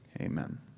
Amen